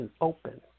open